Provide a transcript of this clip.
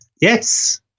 Yes